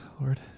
Lord